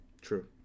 True